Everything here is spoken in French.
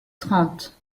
trente